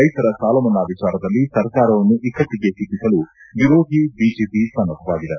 ರೈತರ ಸಾಲಮನ್ನಾ ವಿಚಾರದಲ್ಲಿ ಸರ್ಕಾರವನ್ನು ಇಕ್ಕಟ್ಟಿಗೆ ಒಕ್ಕಿಸಲು ವಿರೋಧಿ ವಿಜೆಪಿ ಸನ್ನದ್ದವಾಗಿದೆ